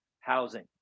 housing